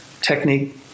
technique